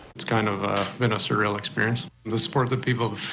it's kind of a been a surreal experience the spur of the people.